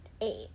Eight